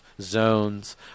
zones